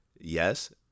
Yes